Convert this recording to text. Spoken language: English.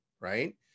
Right